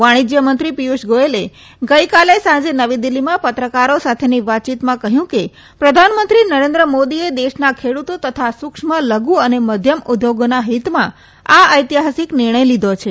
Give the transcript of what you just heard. વાણિજય મંત્રી પીયુષ ગોયલે ગઇકાલે સાંજે નવી દિલ્ફીમાં પત્રકારો સાથેની વાતચીતમાં કહયું કે પ્રધાનમંત્રી નરેન્દ્ર મોદીએ દેશના ખેડુતો તથા સુક્ષ્મ લઘુ અને મધ્યમ ઉદ્યોગોના હિતમાં આ ઐતિહાસીક નિર્ણય લીધો છે